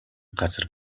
газар